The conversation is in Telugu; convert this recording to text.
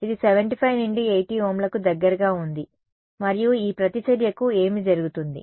ఇది 75 నుండి 80 ఓంలకు దగ్గరగా ఉంది మరియు ఈ ప్రతిచర్యకు ఏమి జరుగుతుంది